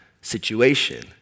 situation